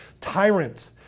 tyrant